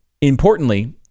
Importantly